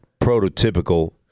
prototypical